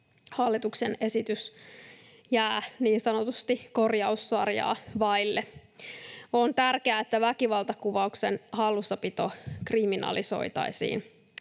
hallituksen esitys jää niin sanotusti korjaussarjaa vaille. On tärkeää, että väkivaltakuvauksen hallussapito kriminalisoitaisiin.